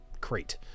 crate